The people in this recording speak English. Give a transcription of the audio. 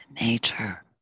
nature